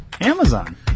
Amazon